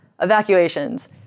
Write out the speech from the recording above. evacuations